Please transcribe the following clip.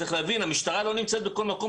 צריך להבין שהמשטרה לא נמצאת בכל מקום,